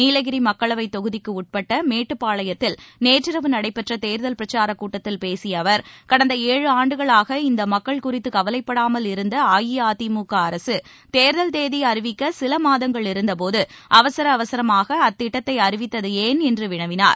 நீலகிரி மக்களவைத் தொகுதிக்கு உட்பட்ட மேட்டுப்பாளையத்தில் நேற்றிரவு நடைபெற்ற தேர்தல் பிரச்சாரக் கூட்டத்தில் பேசிய அவர் கடந்த ஏழு ஆண்டுகளாக இந்த மக்கள் குறித்து கவவைப்படாமல் இருந்த அஇஅதிமுக அரக தேர்தல் தேதி அறிவிக்க சில மாதங்கள் இருந்தபோது அவசர அவசரமாக அத்திட்டத்தை அறிவித்தது ஏன் என்று வினவினார்